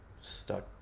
Stuck